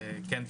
כן,